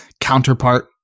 counterpart